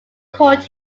called